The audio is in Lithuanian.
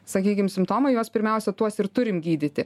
sakykim simptomai juos pirmiausia tuos ir turim gydyti